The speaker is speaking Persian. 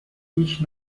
هیچ